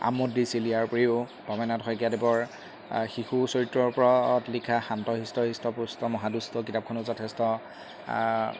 আমোদ দিছিল ইয়াৰ উপৰিও ভবেন্দ্ৰ নাথ শইকীয়াদেৱৰ শিশু চৰিত্ৰৰ ওপৰত লিখা শান্ত শিষ্ট হৃষ্ট পুষ্ট মহাদুষ্ট কিতাপখনো যথেষ্ট